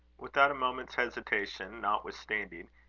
without a moment's hesitation, notwithstanding,